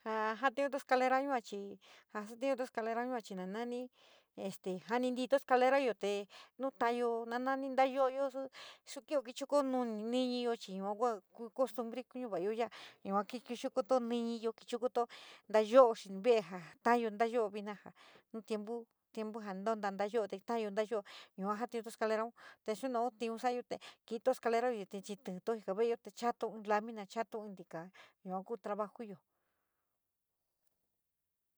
Ja jantiunto escalera, escalera yua chí na naní este janí tiíto escalera yo te nuntayo naníteyo loyó arí kí kí. Cho kuyó naní pinyoyó yua ku costumbí kanavalayo yaá. Kí chukuto níntayo kuyutuyo níyalo xintí ree te ja. Taaya ñtayo vina ja tiempo tonto taá yolo yua jatiun escalera te kí nunú túm satayo kí tó escaleroyo chí ten. To jikea veeyo chaato in lamina chaoto in tikaa yua ku trabaju yo.